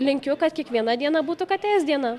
linkiu kad kiekviena diena būtų katės diena